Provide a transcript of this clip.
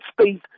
space